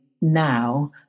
now